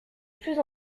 plus